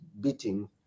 beating